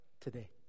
today